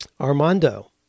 Armando